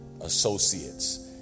Associates